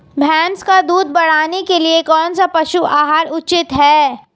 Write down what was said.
भैंस का दूध बढ़ाने के लिए कौनसा पशु आहार उचित है?